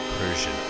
Persian